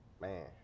Man